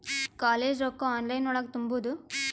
College ರೊಕ್ಕ online ಒಳಗ ತುಂಬುದು?